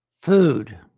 food